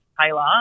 Taylor